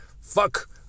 fuck